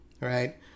Right